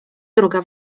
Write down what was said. druga